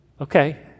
Okay